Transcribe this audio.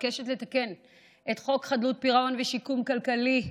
מבקשת לתקן את חוק חדלות פירעון ושיקום כלכלי,